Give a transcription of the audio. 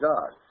God